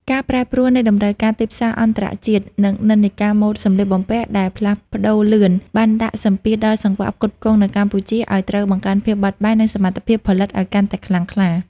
ការប្រែប្រួលនៃតម្រូវការទីផ្សារអន្តរជាតិ និងនិន្នាការម៉ូដសម្លៀកបំពាក់ដែលផ្លាស់ប្តូរលឿន បានដាក់សម្ពាធដល់សង្វាក់ផ្គត់ផ្គង់នៅកម្ពុជាឱ្យត្រូវបង្កើនភាពបត់បែន និងសមត្ថភាពផលិតឱ្យកាន់តែខ្លាំងក្លា។